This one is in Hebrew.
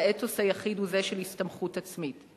והאתוס היחיד הוא זה של הסתמכות עצמית.